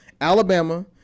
Alabama